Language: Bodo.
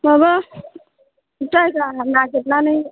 माबा जायगा नागिरनानै